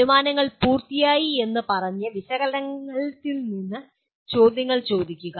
അനുമാനങ്ങൾ പൂർത്തിയായി എന്ന് പറഞ്ഞ് വിശകലനത്തിൽ നിന്ന് ചോദ്യങ്ങൾ ചോദിക്കുക